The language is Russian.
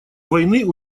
войны